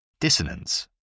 Dissonance